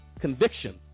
conviction